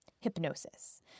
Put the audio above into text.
Hypnosis